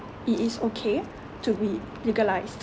it is okay to be legalised